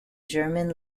german